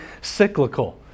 cyclical